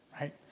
right